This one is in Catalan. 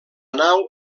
nau